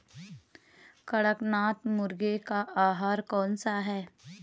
कड़कनाथ मुर्गे का आहार कौन सा है?